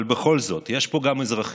אבל בכל זאת, יש פה גם אזרחים